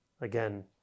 Again